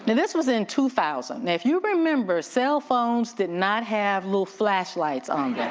this was in two thousand. now, if you remember cellphones did not have little flashlights on them.